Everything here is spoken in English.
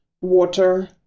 water